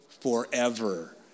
forever